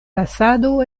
fasado